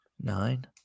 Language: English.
Nine